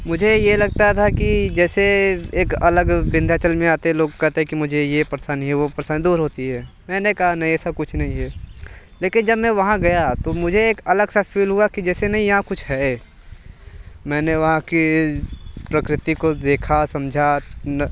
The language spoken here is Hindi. मुझे ये लगता था की जैसे एक अलग विन्धाचल में आते लोग कहते हैं कि मुझे ये परेशानी वो परेशानी दूर होती हैं मैंने कहाँ नहीं ऐसा कुछ नही हैं लेकिन जब मैं वहाँ गया मुझे एक अलग सा फील हुआ जैसे नही यहाँ कुछ हैं मैंने वहाँ की प्रकृति को देखा समझा न